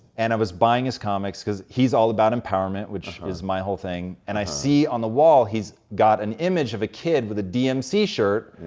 and i was buying his comics, cause he's all about empowerment, which is my whole thing. and i see on wall, he's got an image of a kid with a dmc shirt,